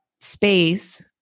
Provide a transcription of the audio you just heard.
space